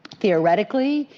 theoretically,